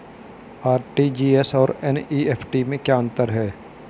RTGS और NEFT में क्या अंतर है?